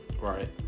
right